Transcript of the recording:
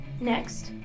Next